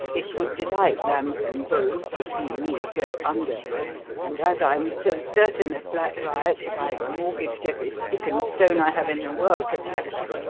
it would delight lambson-bowles to see me go under and as i'm so certain of black riot that i've mortgaged every stick and stone i have in the world to back her,